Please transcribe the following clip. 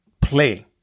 play